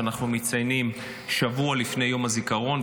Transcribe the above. שאנחנו מציינים אותו שבוע לפני יום הזיכרון,